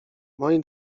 moi